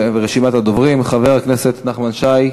רשימת הדוברים, חבר הכנסת נחמן שי?